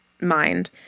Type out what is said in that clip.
mind